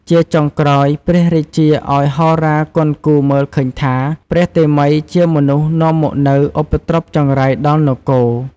ជាចុងក្រោយ ព្រះរាជាឲ្យហោរាគន់គូរមើលឃើញថា ព្រះតេមិយជាមនុស្សនាំមកនូវឧបទ្រពចង្រៃដល់នគរ។